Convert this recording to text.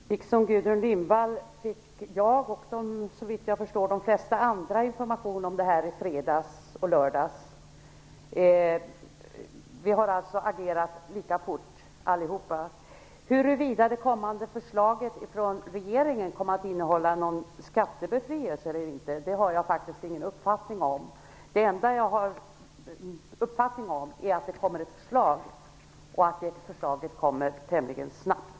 Herr talman! Liksom Gudrun Lindvall fick jag och, såvitt jag förstår, de flesta andra information om detta i fredags och lördags. Vi har alltså agerat lika fort allihop. Huruvida det kommande förslaget från regeringen kommer att innehålla någon skattebefrielse eller inte har jag faktiskt ingen uppfattning om. Det enda jag har en uppfattning om är att det kommer ett förslag och att det förslaget kommer tämligen snabbt.